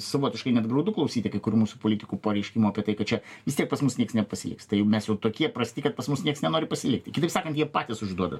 savotiškai net graudu klausyti kai kurių mūsų politikų pareiškimų apie tai kad čia vis tiek pas mus nieks nepasiliks tai mes jau tokie prasti kad pas mus nieks nenori pasilikti kitaip sakant jie patys užduoda